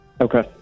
Okay